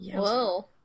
Whoa